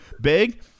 Big